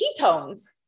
ketones